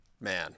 man